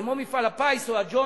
כמו מפעל הפיס או ה"ג'וינט",